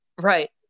Right